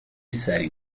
سریع